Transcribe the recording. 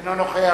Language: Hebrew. אינו נוכח